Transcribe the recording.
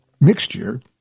mixture